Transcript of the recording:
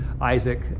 Isaac